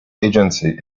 agency